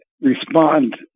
respond